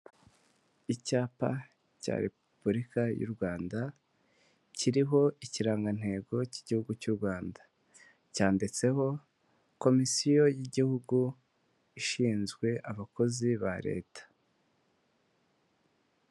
Icyapa cya repubulika y'u Rwanda kiriho ikirangantego cy'igihugu cy'u Rwanda. Cyanditseho komisiyo y'igihugu ishinzwe abakozi ba leta.